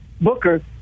Booker